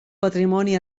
patrimoni